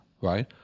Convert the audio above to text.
right